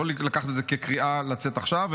לא לקחת את זה כקריאה לצאת עכשיו,